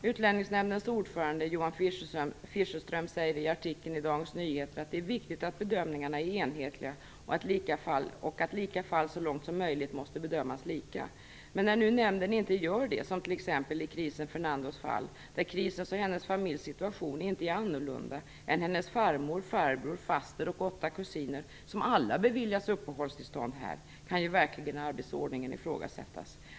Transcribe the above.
Utlänningsnämndens ordförande, Johan Fischerström, säger i artikeln i Dagens Nyheter att det är viktigt att bedömningarna är enhetliga och att lika fall så långt som möjligt måste bedömas lika. Men när nu nämnden inte gör det, som t.ex. i Chrisen Fernandos fall, där Chrisens och hennes familjs situation inte är annorlunda än hennes farmors, farbrors, fasters och åtta kusiners, som alla beviljats uppehållstillstånd, kan ju verkligen arbetsordningen ifrågasättas.